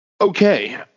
okay